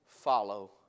follow